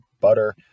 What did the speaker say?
butter